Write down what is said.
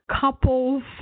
Couples